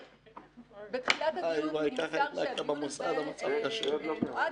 בתחילת הדיון הזה נאמר שהדיון הזה נועד